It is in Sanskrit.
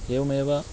एवमेव